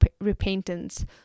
repentance